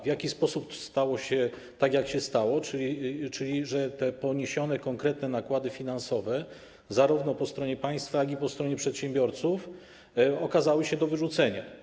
W jaki sposób stało się tak, jak się stało, czyli że te poniesione konkretne nakłady finansowe zarówno po stronie państwa, jak i po stronie przedsiębiorców okazały się stracone?